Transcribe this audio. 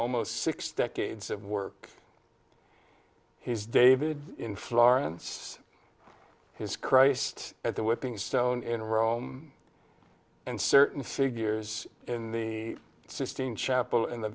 almost six decades of work he's david in florence his christ at the whipping stone in rome and certain figures in the sistine chapel in the